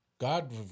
God